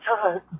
time